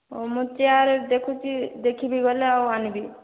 ହେଉ ମୁଁ ଚେୟାର୍ ଦେଖୁଛି ଦେଖିବି ଗଲେ ଆଉ ଆଣିବି